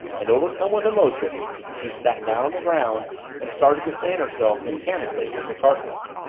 and, overcome with emotion, she sat down on the ground and started to fan herself mechanically with a cartridge.